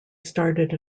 started